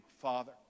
father